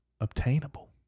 obtainable